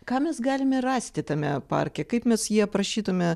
ką mes galime rasti tame parke kaip mes jį aprašytume